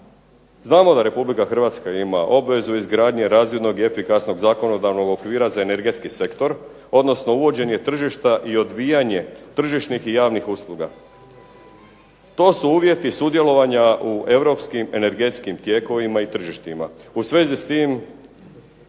Znamo da Republika Hrvatska ima obvezu izgradnje razvidnog i efikasnog zakonodavnog okvira za energetski sektor, odnosno uvođenje tržišta i odvijanje tržišnih i javnih usluga. To su uvjeti sudjelovanja u europskim energetskim tijekovima i tržištima. U svezi s tim